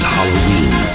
Halloween